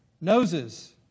Noses